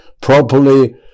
properly